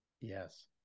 Yes